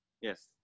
yes